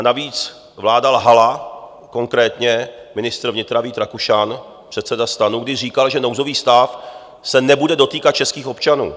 Navíc vláda lhala, konkrétně ministr vnitra Vít Rakušan, předseda STAN, když říkal, že nouzový stav se nebude dotýkat českých občanů.